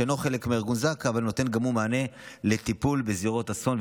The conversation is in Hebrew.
אינה חלק מארגון זק"א אבל נותנת גם היא מענה לטיפול בזירות אסון,